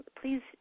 Please